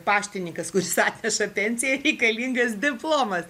paštininkas kuris atneša pensiją reikalingas diplomas